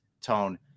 Tone